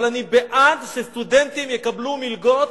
אבל אני בעד שסטודנטים יקבלו מלגות,